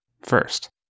First